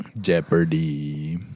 Jeopardy